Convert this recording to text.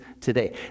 today